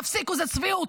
תפסיקו, זאת צביעות.